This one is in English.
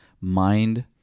mind